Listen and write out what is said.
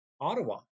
Ottawa